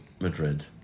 Madrid